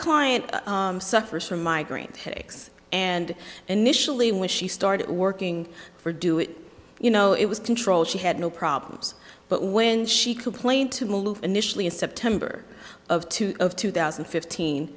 client suffers from migraine headaches and initially when she started working for do it you know it was controlled she had no problems but when she complained to me initially in september of two of two thousand and fifteen